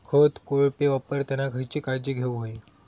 खत कोळपे वापरताना खयची काळजी घेऊक व्हयी?